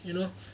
you know